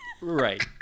Right